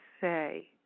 say